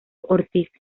ortiz